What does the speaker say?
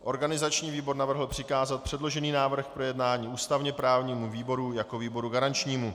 Organizační výbor navrhl přikázat předložený návrh k projednání ústavněprávnímu výboru jako výboru garančnímu.